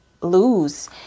lose